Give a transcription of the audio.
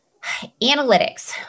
analytics